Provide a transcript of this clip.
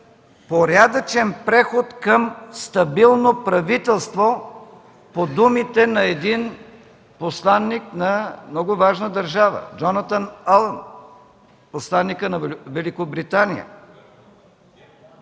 порядъчен преход към стабилно правителство, по думите на един посланик на много важна държава Джонатан Алън – посланикът на Великобритания.